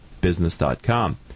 business.com